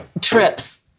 trips